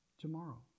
Tomorrow